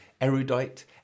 Erudite